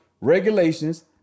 regulations